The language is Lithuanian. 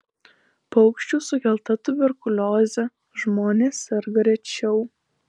paukščių sukelta tuberkulioze žmonės serga rečiau